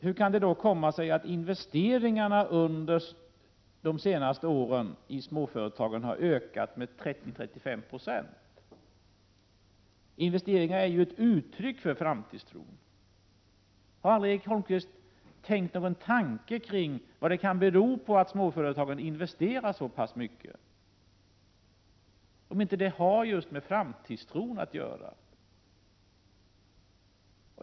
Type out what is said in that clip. Hur kan det då komma sig att investeringarna i småföretagen under de senaste åren har ökat med 30-35 90? Investeringar är ju ett uttryck för framtidstro. Har Erik Holmkvist aldrig funderat över vad det beror på att småföretagen investerar så pass mycket? Har inte det just med framtidstron att göra?